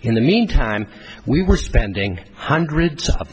in the meantime we were spending hundreds of